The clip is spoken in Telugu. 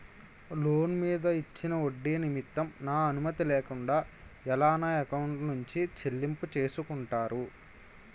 లోన్ మీద ఇచ్చిన ఒడ్డి నిమిత్తం నా అనుమతి లేకుండా ఎలా నా ఎకౌంట్ నుంచి చెల్లింపు చేసుకుంటారు?